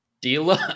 dealer